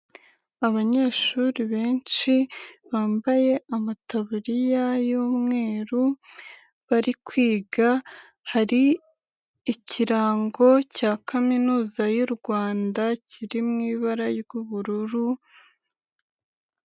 Abanyeshuri benshi bambaye amataburiya y'umweru bari kwiga, hari ikirango cya kaminuza y'u Rwanda kiri mu ibara ry'ubururu.